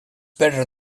better